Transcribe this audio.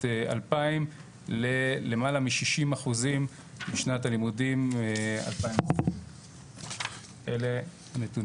2000 ללמעלה מ-60% בשנת הלימודים 2020. אלה הנתונים.